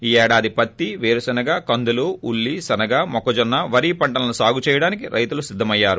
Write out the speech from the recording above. ఈ ఏడాది పత్తి పేరుశనగ కందులు ఉల్లి శనగ మొక్కజొన్న ెవరి పంటలను సాగు చేయడానికి రైతులు సిద్దమయ్యారు